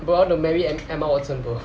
bro I want to marry em~ emma watson bro